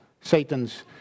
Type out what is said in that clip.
Satan's